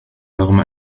رغم